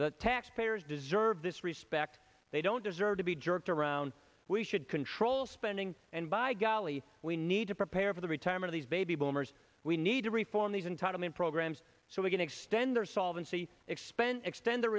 the taxpayers deserve this respect they don't deserve to be jerked around we should control spending and by golly we need to prepare for the return of these baby boomers we need to reform these entitlement programs so we can extend or solve expend extend the